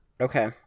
Okay